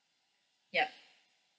yup